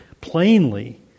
plainly